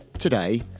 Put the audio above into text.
Today